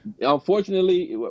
unfortunately